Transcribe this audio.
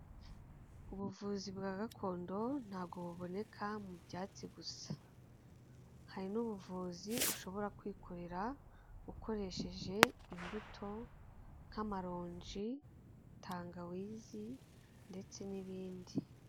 Ubuvuzi bwa gakondo ntago buboneka mu byatsi gusa hari n'ubuvuzi ushobora kwikorera ukoresheje imbuto nk'amaronji. tangawizi ndetse n'ibindi.